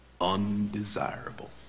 undesirable